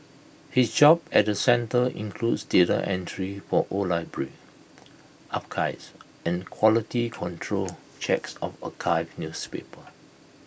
his job at the centre includes data entry for old library archives and quality control checks of archived newspapers